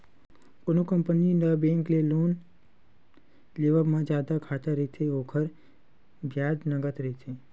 कोनो कंपनी ल बेंक ले लोन लेवब म जादा घाटा रहिथे, ओखर बियाज नँगत रहिथे